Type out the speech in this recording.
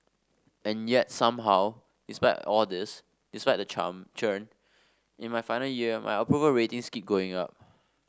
and yet somehow despite all this despite the charm churn in my final year my approval ratings keep going up